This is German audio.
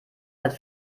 hat